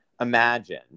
imagine